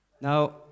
Now